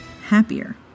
happier